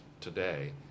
today